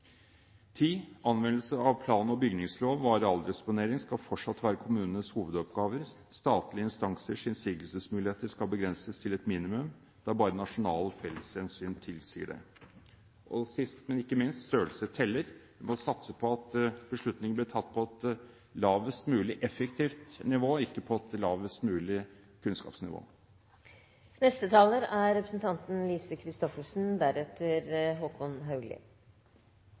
Anvendelse av plan- og bygningslov og arealdisponering skal fortsatt være kommunenes hovedoppgaver. Statlige instansers innsigelsesmuligheter skal begrenses til et minimum, der bare nasjonale felleshensyn tilsier det. Og sist, men ikke minst: Størrelse teller. Man må satse på at beslutninger blir tatt på et lavest mulig effektivt nivå, ikke på et lavest mulig